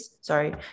sorry